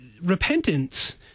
repentance